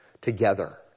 together